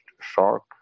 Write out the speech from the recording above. shark